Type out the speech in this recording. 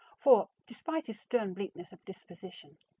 for, despite his stern bleakness of disposition,